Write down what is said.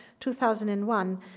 2001